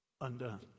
undone